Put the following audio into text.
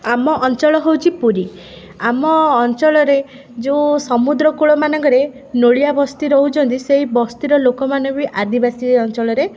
ଆମ ଅଞ୍ଚଳ ହେଉଛି ପୁରୀ ଆମ ଅଞ୍ଚଳରେ ଯେଉଁ ସମୁଦ୍ର କୂଳ ମାନଙ୍କରେ ନୋଳିଆ ବସ୍ତି ରହୁଛନ୍ତି ସେଇ ବସ୍ତିର ଲୋକମାନେ ବି ଆଦିବାସୀ ଅଞ୍ଚଳରେ